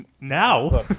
now